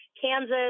Kansas